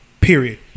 Period